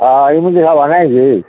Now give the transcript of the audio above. ହଁ ଏମିତି ହେବ ନାଇଁ କି